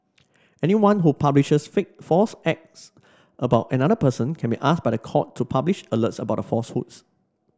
anyone who publishes fake false acts about another person can be asked by the court to publish alerts about the falsehoods